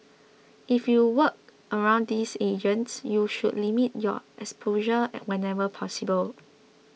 if you work around these agents you should limit your exposure whenever possible